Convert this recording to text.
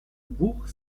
bourg